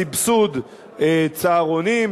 בסבסוד צהרונים,